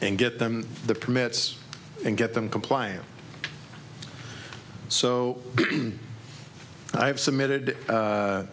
and get them the permits and get them compliant so i've submitted